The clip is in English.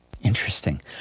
Interesting